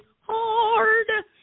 hard